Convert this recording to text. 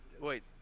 Wait